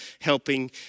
helping